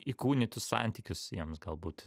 įkūnytus santykius jiems galbūt